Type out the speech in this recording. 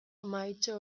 mahaitxo